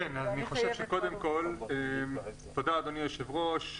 אדוני היושב-ראש,